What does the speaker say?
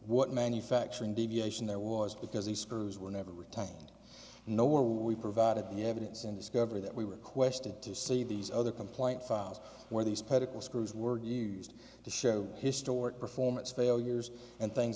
what manufacturing deviation there was because the screws were never returned no where we provided the evidence in discovery that we requested to see these other complaint files where these political screws were used to show historic performance failures and things